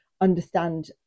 understand